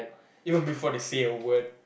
even before they say a word